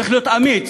צריך להיות אמיץ.